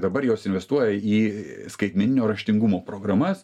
dabar jos investuoja į skaitmeninio raštingumo programas